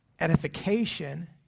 edification